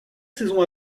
saison